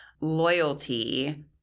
loyalty